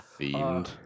Themed